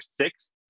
six